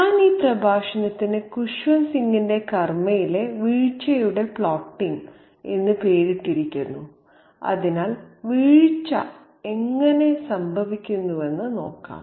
ഞാൻ ഈ പ്രഭാഷണത്തിന് ഖുസ്വന്ത് സിങ്ങിന്റെ കർമ്മയിലെ വീഴ്ചയുടെ പ്ലോട്ടിംഗ് എന്ന് പേരിട്ടിരിക്കുന്നു അതിനാൽ വീഴ്ച എങ്ങനെ സംഭവിക്കുന്നുവെന്ന് നോക്കാം